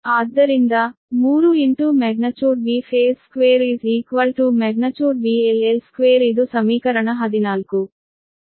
ಆದ್ದರಿಂದ 3 magnitude Vphase2magnitudeVL L2 ಇದು ಸಮೀಕರಣ 14